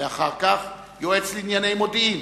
ואחר כך יועץ לענייני מודיעין.